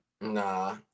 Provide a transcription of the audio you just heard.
Nah